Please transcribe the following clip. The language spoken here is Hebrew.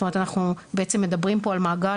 זאת אומרת אנחנו בעצם מדברים פה על מעגל